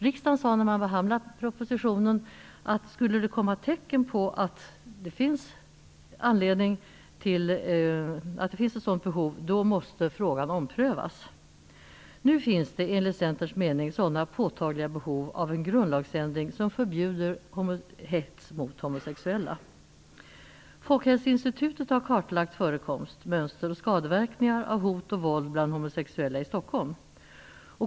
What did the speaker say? Riksdagen sade vid behandlingen av propositionen att skulle det komma tecken på att ett sådant behov föreligger måste frågan omprövas. Nu finns det enligt Centerns mening sådana påtagliga behov av en grundlagsändring som innebär att hets mot homosexuella förbjuds. Folkhälsoinstitutet har kartlagt förekomst, mönster och skadeverkningar av hot och våld bland homosexuella i Stockholm.